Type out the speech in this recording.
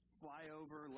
flyover